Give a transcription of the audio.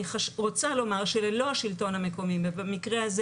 אני רוצה לומר שללא השלטון המקומי ובמקרה הזה